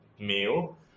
meal